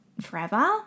forever